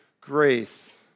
grace